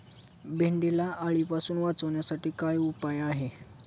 भेंडीला अळीपासून वाचवण्यासाठी काय उपाय आहे?